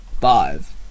five